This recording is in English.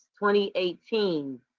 2018